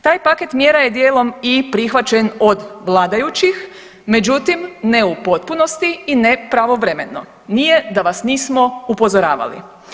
Taj paket mjera je djelom i prihvaćen od vladajućih, međutim ne u potpunosti i ne pravovremeno, nije da vas nismo upozoravali.